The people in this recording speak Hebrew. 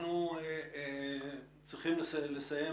אנחנו צריכים לסיים,